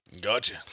Gotcha